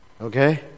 Okay